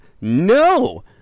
No